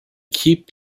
keep